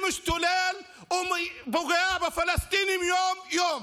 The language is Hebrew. שמשתולל ופוגע בפלסטינים יום-יום.